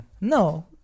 No